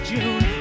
June